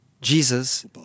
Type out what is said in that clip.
Jesus